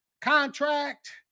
contract